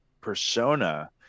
persona